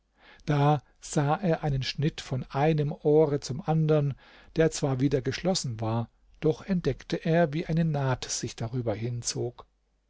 da sah er einen schnitt von einem ohre zum andern der zwar wieder geschlossen war doch entdeckte er wie eine naht sich darüber hinzog